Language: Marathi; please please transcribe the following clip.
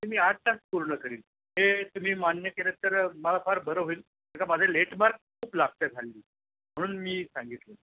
ते मी आठ तास पूर्ण करीन हे तुम्ही मान्य केलं तर मला फार बरं होईल का माझं लेट मार्क खूप लागत आहेत हल्ली म्हणून मी सांगितलं